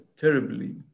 terribly